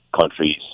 countries